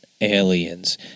aliens